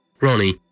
Ronnie